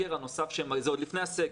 זה עוד לפני הסגר.